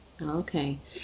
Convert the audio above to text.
Okay